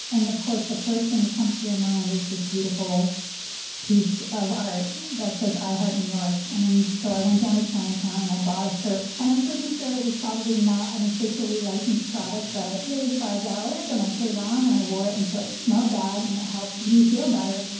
and of course, the first thing that comes to your mind is this beautiful piece of art that says, i heart new york. and so, i went down to chinatown and i bought a shirt. and i'm pretty sure it was probably not an officially licensed product but yeah it was five dollars and i put it on and i wore it until it smelled bad and it helped me feel better